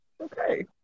Okay